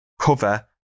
cover